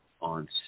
on